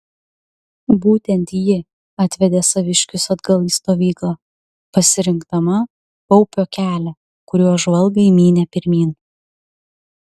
būtent ji atvedė saviškius atgal į stovyklą pasirinkdama paupio kelią kuriuo žvalgai mynė pirmyn